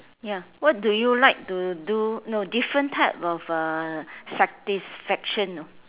ya what do you like to do no different type of uh satisfaction